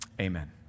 Amen